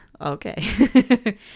okay